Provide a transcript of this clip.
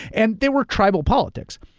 and there were tribal politics.